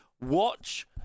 Watch